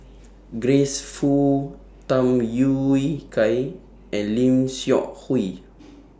Grace Fu Tham Yui Kai and Lim Seok Hui